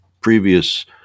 previous